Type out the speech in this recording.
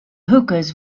hookahs